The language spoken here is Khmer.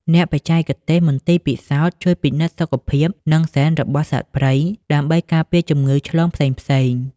អ្នកបច្ចេកទេសមន្ទីរពិសោធន៍ ជួយពិនិត្យសុខភាព និងហ្សែនរបស់សត្វព្រៃដើម្បីការពារជំងឺឆ្លងផ្សេងៗ។